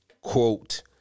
quote